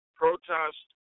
protest